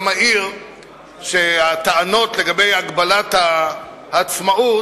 גם אעיר שהטענות לגבי הגבלת העצמאות